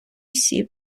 сів